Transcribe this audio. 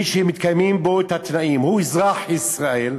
מי שמתקיימים בו התנאים: הוא אזרח ישראל,